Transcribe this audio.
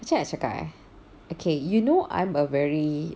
macam mana nak cakap eh okay you know I'm a very